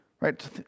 right